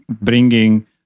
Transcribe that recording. bringing